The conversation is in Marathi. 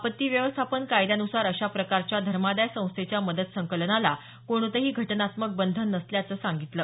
आपत्ती व्यवस्थापन कायद्यान्सार अशा प्रकारच्या धर्मादाय संस्थेच्या मदत संकलनाला कोणतंही घटनात्मक बंधन नसल्याचं सांगितलं